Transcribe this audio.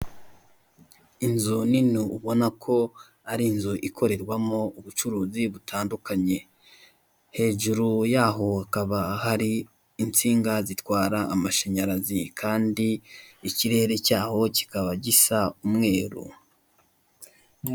Inzu nini ubona ko ari inzu ikorerwamo ubucuruzi butandukanye, hejuru yaho hakaba hari insinga zitwara amashanyarazi kandi ikirere cyaho kikaba gisa umweru.